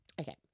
Okay